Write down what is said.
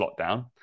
lockdown